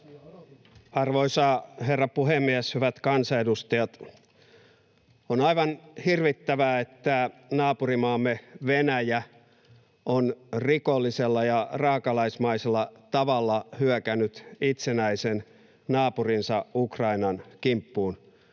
Arvoisa herra puhemies, hyvät kansanedustajat! On aivan hirvittävää, että naapurimaamme Venäjä on rikollisella ja raakalaismaisella tavalla hyökännyt itsenäisen naapurinsa Ukrainan kimppuun,